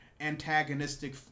antagonistic